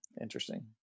interesting